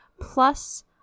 plus